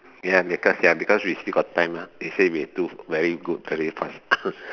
ya because ya because we still got time lah they say we do very good very fast